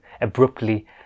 abruptly